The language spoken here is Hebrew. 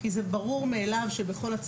כי זה ברור מאליו שמנהל בית הספר אחראי